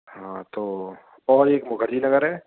हाँ तो और एक मुखर्जी नगर है